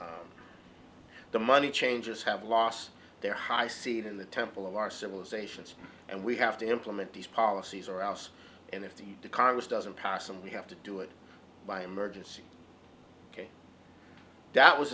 the money changers have lost their high seed in the temple of our civilizations and we have to implement these policies or else and if the congress doesn't pass them we have to do it by emergency ok that was